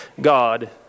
God